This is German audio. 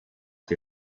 die